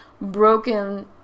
broken